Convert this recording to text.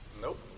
Nope